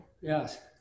Yes